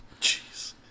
Jeez